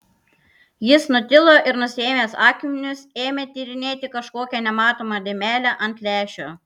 jis nutilo ir nusiėmęs akinius ėmė tyrinėti kažkokią nematomą dėmelę ant lęšio